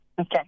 Okay